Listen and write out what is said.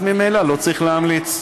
אז ממילא לא צריך להמליץ.